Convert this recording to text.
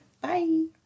Bye